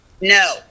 No